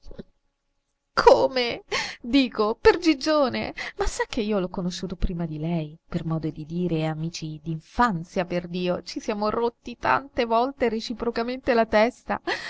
come dico per gigione ma sa che io l'ho conosciuto prima di lei per modo di dire amici d'infanzia perdio ci siamo rotti tante volte reciprocamente la testa